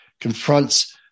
confronts